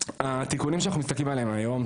התיקונים שאנחנו מסתכלים עליהם היום,